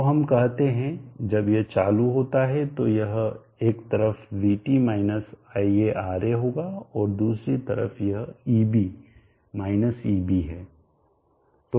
तो हम कहते हैं जब यह चालू होता है तो यह एक तरफ vt माइनस Ia Ra होगा और दूसरी तरफ यह eb माइनस eb है